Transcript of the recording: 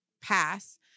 pass